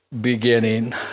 beginning